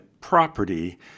property